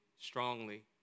strongly